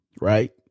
right